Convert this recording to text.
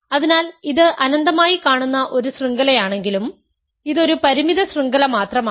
അതിനാൽ ഇത് അനന്തമായി കാണുന്ന ഒരു ശൃംഖലയാണെങ്കിലും ഇത് ഒരു പരിമിത ശൃംഖല മാത്രമാണ്